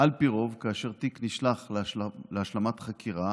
על פי רוב כאשר תיק נשלח להשלמת חקירה,